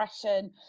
depression